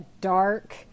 dark